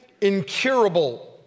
incurable